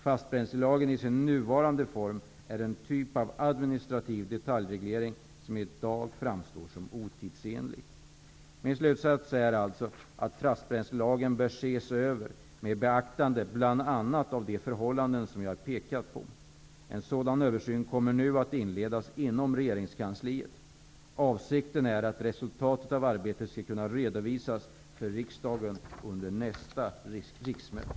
Fastbränslelagen i sin nuvarande form är en typ av administrativ detaljreglering som i dag framstår som otidsenlig. Min slutsats är alltså att fastbränslelagen bör ses över, med beaktande av bl.a. de förhållanden som jag har pekat på. En sådan översyn kommer nu att inledas inom regeringskansliet. Avsikten är att resultatet av arbetet skall kunna redovisas för riksdagen under nästa riksmöte.